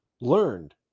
learned